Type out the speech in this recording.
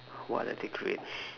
what are they create